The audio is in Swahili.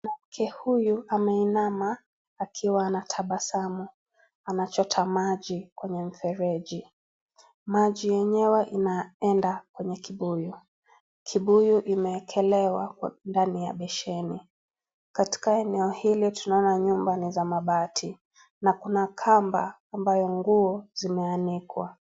Mwanamke huyu ameinama akiwa anatabasamu, anachota maji kwenye mfeleji maji yenyewe inaenda kwenye kibuyu. Kibuyu imeekelewa ndani ya baseni. Katika eneo hili tunaoana nyumba ni za mabati na kuna kamba ambayo nguo zimeanikwa.